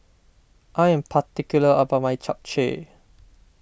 I am particular about my Japchae